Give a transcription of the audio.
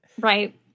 Right